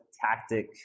tactic